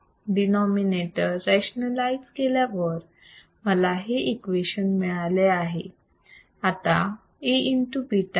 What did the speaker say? denominator rationalise केल्यावर मला हे इक्वेशन मिळाले आहे